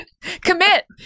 commit